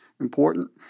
important